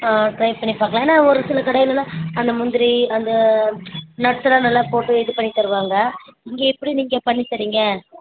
ஆ try பண்ணி பார்க்கலாம் ஏன்னா ஒரு சில கடையிலெல்லாம் அந்த முந்திரி அந்த நட்ஸெலாம் நல்லா போட்டு இது பண்ணி தருவாங்க இங்கே எப்படி நீங்கள் பண்ணித் தறீங்க